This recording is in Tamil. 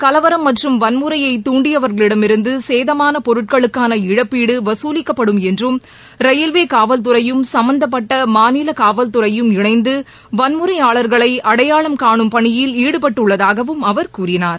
கலவரம் மற்றும் வன்முறையை துண்டியவர்களிடம் இருந்து சேதமான பொருட்களுக்காள இழப்பீடு வசூலிக்கப்படும் என்றும் ரயில்வே காவல்துறையும் சும்பந்தப்பட்ட மாநில காவல் துறையும் இணைந்து வன்முறையாளர்களை அடையாளம் கானும் பணியில் ஈடுபட்டுள்ளதாகவும் அவர் கூறினார்